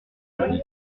publics